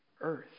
earth